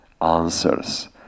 answers